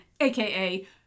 aka